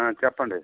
చెప్పండి